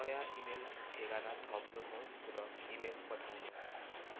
नयाँ इमेल ठेगाना थप्नु होस् र इमेल पठाउनु होस्